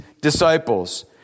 disciples